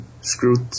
screwed